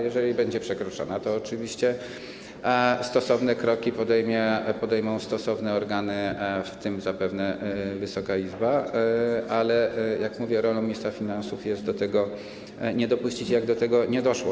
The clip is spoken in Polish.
Jeżeli będzie przekroczona, to oczywiście stosowne kroki podejmą stosowne organy, w tym zapewne Wysoka Izba, ale - jak mówię - rolą ministra finansów jest do tego nie dopuścić i do tego nie doszło.